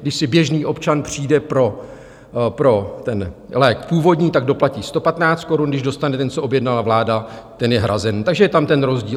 Když si běžný občan přijde pro ten lék původní, doplatí 115 korun, když dostane ten, co objednala vláda, ten je hrazený, takže je tam ten rozdíl.